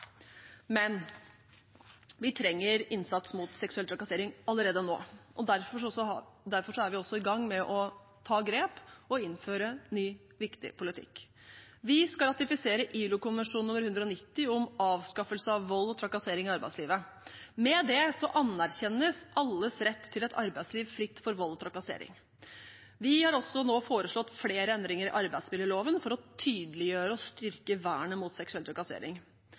Men vi trenger innsats mot seksuell trakassering allerede nå, og derfor er vi også i gang med å ta grep og innføre ny og viktig politikk. Vi skal ratifisere ILO-konvensjon nr. 190 om avskaffelse av vold og trakassering i arbeidslivet. Med det anerkjennes alles rett til et arbeidsliv fritt for vold og trakassering. Vi har også nå foreslått flere endringer i arbeidsmiljøloven for å tydeliggjøre og styrke vernet mot seksuell trakassering.